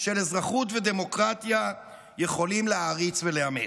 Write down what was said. של אזרחות ודמוקרטיה יכולים להעריץ ולאמץ.